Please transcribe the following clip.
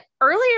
earlier